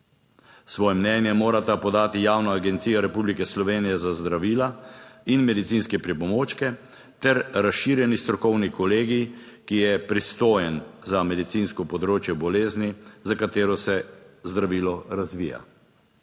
Svoje mnenje morata podati Javna agencija Republike Slovenije za zdravila in medicinske pripomočke ter razširjeni strokovni kolegij, ki je pristojen za medicinsko področje bolezni, za katero se zdravilo razvija.